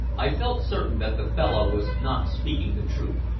i felt certain that the fellow was not speaking the truth,